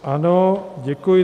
Ano, děkuji.